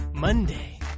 Monday